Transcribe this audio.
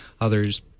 others